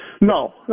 No